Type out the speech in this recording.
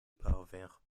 parvinrent